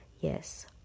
Yes